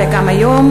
וגם היום,